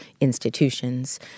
institutions